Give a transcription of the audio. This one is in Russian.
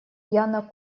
яна